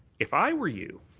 if i were you,